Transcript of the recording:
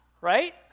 Right